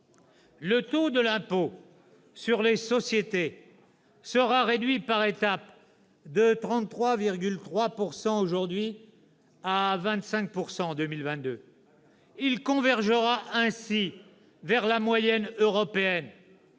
Le taux de l'impôt sur les sociétés sera réduit par étapes de 33,3 % aujourd'hui à 25 % en 2022. » Très bien !« Il convergera ainsi vers la moyenne européenne.